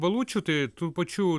balučių tai tų pačių